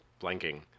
blanking